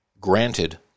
granted